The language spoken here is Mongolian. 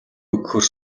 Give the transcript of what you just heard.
өгөхөөр